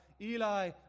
Eli